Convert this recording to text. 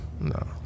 no